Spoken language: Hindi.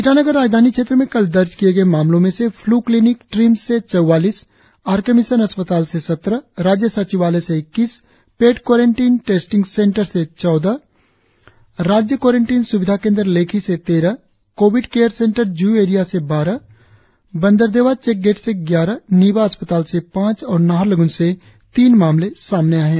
ईटानगर राजधानी क्षेत्र में कल दर्ज किए मामलों में से फ्ल् क्लिनिक ट्रिम्स से चौवालीस आर के मिशन अस्पताल से सत्रह राज्य सचिवालय से इक्कीस पेड क्वारेंटाइन टेस्टिंग सेंटर से चौदह राज्य क्वारेंटिन स्विधा केंद्र लेखि से तेरह covid care centre zoo area से बारह बंदरदेवा चेकगेट से ग्यारह निबा अस्पताल से पांच और नाहरलग्न से तीन मामले सामने आए है